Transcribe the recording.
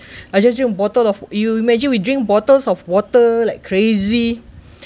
I just drink bottles of you imagine we drink bottles of water like crazy